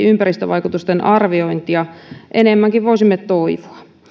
ympäristövaikutusten arviointia enemmänkin voisimme toivoa